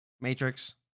Matrix